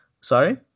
Sorry